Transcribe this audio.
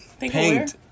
Paint